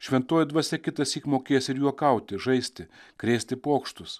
šventoji dvasia kitąsyk mokės ir juokauti žaisti krėsti pokštus